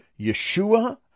Yeshua